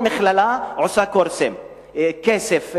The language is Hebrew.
כל מכללה עושה קורסים, כסף.